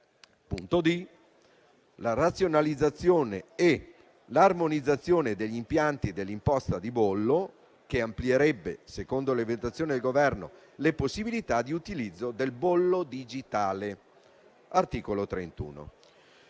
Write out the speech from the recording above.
13); la razionalizzazione e l'armonizzazione degli importi dell'imposta di bollo, che amplierebbe, secondo le valutazioni del Governo, le possibilità di utilizzo del bollo digitale (articolo 31).